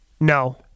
No